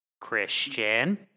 Christian